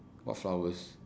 what flowers